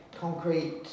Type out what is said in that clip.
concrete